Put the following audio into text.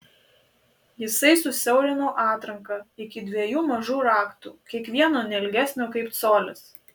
jisai susiaurino atranką iki dviejų mažų raktų kiekvieno ne ilgesnio kaip colis